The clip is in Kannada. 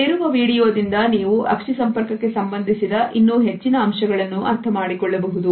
ಇಲ್ಲಿರುವ ವಿಡಿಯೋದಿಂದ ನೀವು ಅಕ್ಷಿ ಸಂಪರ್ಕಕ್ಕೆ ಸಂಬಂಧಿಸಿದ ಇನ್ನೂ ಹೆಚ್ಚಿನ ಅಂಶಗಳನ್ನು ಅರ್ಥಮಾಡಿಕೊಳ್ಳಬಹುದು